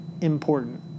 important